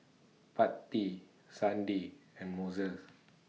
Patti Sunday and